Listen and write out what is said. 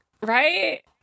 Right